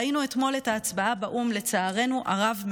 ראינו אתמול את ההצבעה באו"ם, לצערנו הרב מאוד,